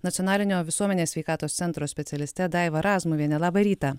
nacionalinio visuomenės sveikatos centro specialiste daiva razmuviene labą rytą